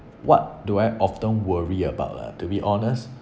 what do I often worry about ah to be honest